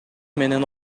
менен